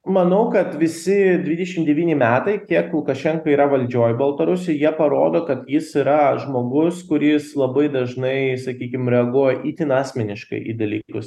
manau kad visi dvidešim devyni metai kiek lukašenka yra valdžioj baltarusijoj jie parodo kad jis yra žmogus kuris labai dažnai sakykim reaguoja itin asmeniškai į dalykus